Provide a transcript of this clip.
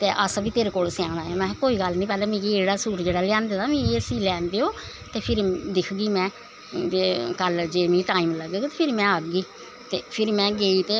ते अस बी स्याना ऐं तेरे कोल महां कोई गल्ल नी पैह्लां एह् जेह्ड़ा लेआंदे दा एह् सीऽ लैन देओ दे फिर दिखगी में ते जे कल मिगी टाईम लग्गी फ्ही में आह्गी ते फिर में गेई ते